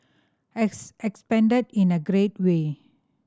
has expanded in a great way